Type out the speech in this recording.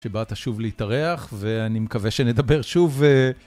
שבאת שוב להתארח, ואני מקווה שנדבר שוב.